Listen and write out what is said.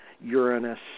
Uranus